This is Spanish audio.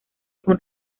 con